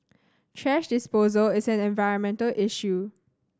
thrash disposal is an environmental issue